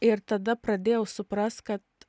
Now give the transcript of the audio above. ir tada pradėjau suprast kad